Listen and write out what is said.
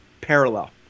parallel